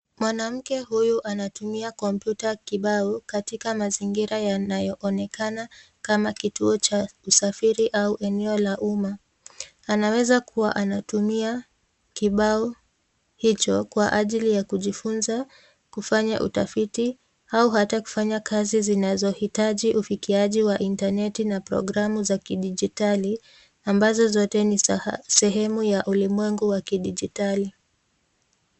Mwanamke huyu anatumia kompyuta kibao katika mazingira yanayoonekana kama kituo cha usafiri au eneo la umma. Anaweza kuwa anatumia kibao hicho kwa ajili ya kujifunza, kufanya utafiti au hata kufanya kazi zinazohitaji ufikiaji wa intaneti na programu za kidijitali ambazo zote ni sehemu ya ulimwengu wa kidijitali.